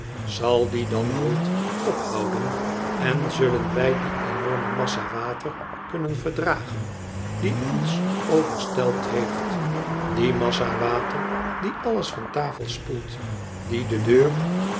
zal die dan nooit ophouden en zullen wij die enorme massa water kunnen verdragen die ons overstelpt heeft die massa water die alles van tafel spoelt die de deur